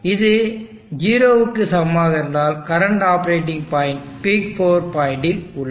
இது 0 க்கு சமமாக இருந்தால் current operating point peak power point இல் உள்ளது